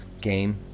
game